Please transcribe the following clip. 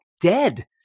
dead